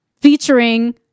featuring